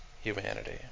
humanity